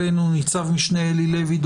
ניצב-משנה אלי לוי,